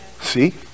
See